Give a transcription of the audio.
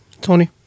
Tony